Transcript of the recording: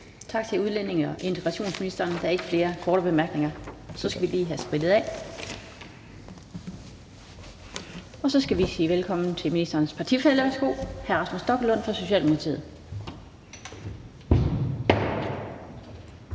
Tak til udlændinge- og integrationsministeren. Der er ikke flere korte bemærkninger – og så skal vi lige have sprittet af. Så skal vi sige velkommen til ministerens partifælle. Værsgo til hr. Rasmus Stoklund fra Socialdemokratiet.